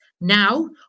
now